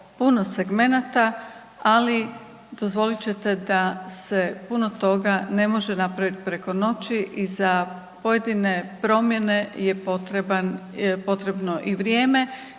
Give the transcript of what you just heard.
puno segmenata, ali dozvolit ćete da se puno toga ne može napraviti preko noći i za pojedine promjene je potrebno i vrijeme